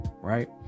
right